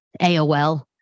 AOL